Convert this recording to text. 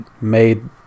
made